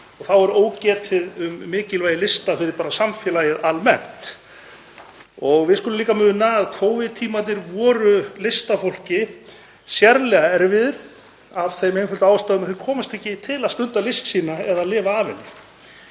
og þá er ógetið um mikilvægi lista fyrir samfélagið almennt. Við skulum líka muna að Covid-tímarnir voru listafólki sérlega erfiðir af þeirri einföldu ástæðu að þeir komust ekki til að stunda list sína eða lifa af henni.